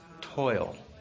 Toil